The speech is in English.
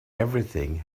everything